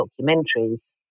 documentaries